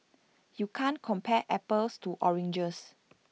you can't compare apples to oranges